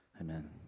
amen